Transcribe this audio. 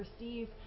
receive